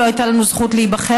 לא הייתה לנו זכות להיבחר,